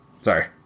Sorry